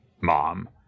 mom